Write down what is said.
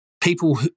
people